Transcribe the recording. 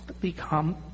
Become